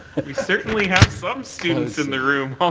and we certainly have some students in the room, um